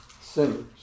sinners